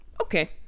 Okay